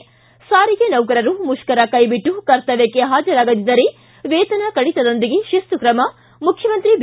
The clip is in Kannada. ಿ ಸಾರಿಗೆ ನೌಕರರು ಮುಷ್ಕರ ಕೈಬಿಟ್ಟು ಕರ್ತವ್ಯಕ್ಕೆ ಹಾಜರಾಗದಿದ್ದರೆ ವೇತನ ಕಡಿತದೊಂದಿಗೆ ಶಿಸ್ತು ತ್ರಮ ಮುಖ್ಯಮಂತ್ರಿ ಬಿ